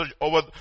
over